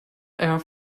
air